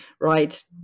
right